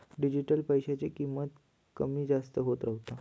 digital पैशाची किंमत कमी जास्त होत रव्हता